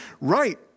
right